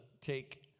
take